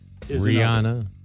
Rihanna